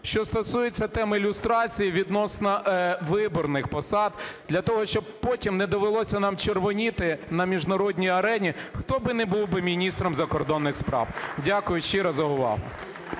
що стосується теми люстрації відносно виборних посад, для того, щоб потім не довелося нам червоніти на міжнародній арені хто би не був би міністром закордонних справ. Дякую щиро за увагу.